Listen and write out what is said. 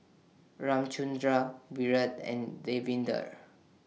Ramchundra Virat and Davinder